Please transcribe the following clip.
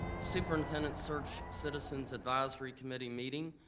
superintendent search citizens advisory committee meeting,